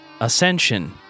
Ascension